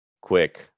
quick